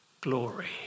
glory